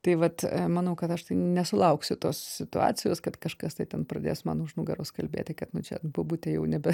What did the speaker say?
tai vat manau kad aš tai nesulauksiu tos situacijos kad kažkas tai ten pradės man už nugaros kalbėti kad nu čia bobutė jau nebe